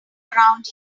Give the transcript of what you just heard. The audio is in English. around